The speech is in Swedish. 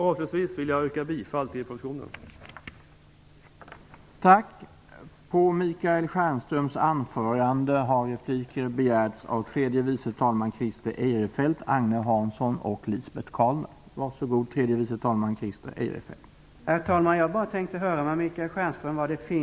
Avslutningsvis vill jag yrka bifall till utskottets hemställan i betänkandet.